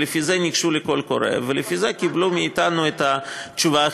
ולפי זה ניגשו לקול קורא,